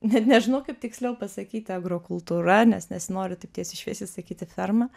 net nežinau kaip tiksliau pasakyti agrokultūra nes nesinori taip tiesiai šviesiai sakyti ferma